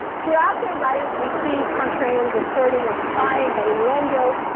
throughout their writings, we see contrarians asserting or implying by innuendo,